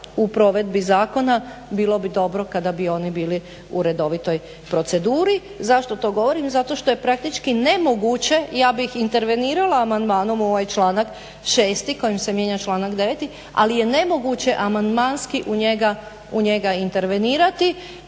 u provedbi zakona bilo bi dobro kada bi oni bili u redovitoj proceduri. Zašto to govorim, zato što je praktički nemoguće, ja bih intervenirala amandmanom ovaj članak 6. kojim se mijenja članak 9. ali je nemoguće amandmanski u njega intervenirati